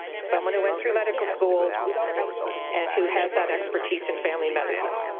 someone who went through medical school and who has that expertise in family medicine.